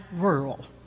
world